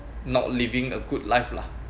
not living a good life lah